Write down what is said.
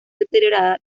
deteriorada